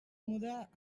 muda